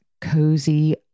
cozy